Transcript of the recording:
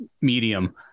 medium